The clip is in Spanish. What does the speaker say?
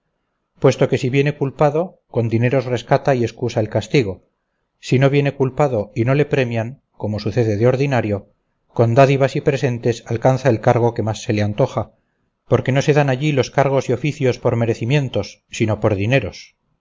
puesto que si viene culpado con dineros rescata y escusa el castigo si no viene culpado y no le premian como sucede de ordinario con dádivas y presentes alcanza el cargo que más se le antoja porque no se dan allí los cargos y oficios por merecimientos sino por dineros